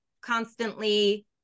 constantly